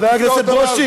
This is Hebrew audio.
חבר הכנסת ברושי,